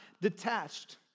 detached